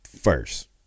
First